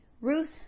Ruth